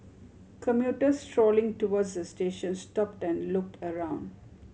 commuters strolling towards the station stopped and looked around